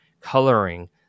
coloring